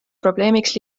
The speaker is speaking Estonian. probleemiks